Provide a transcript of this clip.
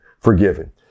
forgiven